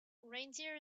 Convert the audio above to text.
reindeer